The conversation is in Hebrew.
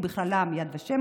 ובכללם יד ושם,